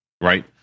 Right